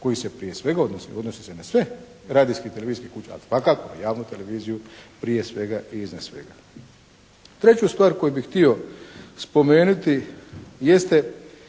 koji se prije svega odnosi, odnosi se na sve radijske i televizijske kuće, ali svakako na javnu televiziju prije svega i iznad svega. Treću stvar koju bi htio spomenuti jeste,